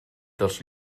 dels